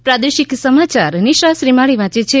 પ્રાદેશિક સમાયાર નિશા શ્રીમાળી વાંચ છે